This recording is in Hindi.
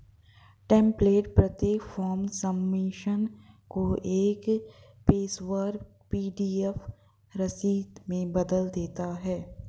टेम्प्लेट प्रत्येक फॉर्म सबमिशन को एक पेशेवर पी.डी.एफ रसीद में बदल देता है